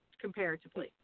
comparatively